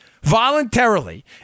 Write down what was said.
voluntarily